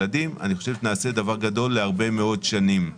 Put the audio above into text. ילדים אני חושב שנעשה דבר גדול להרבה מאוד שנים.